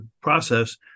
process